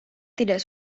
tidak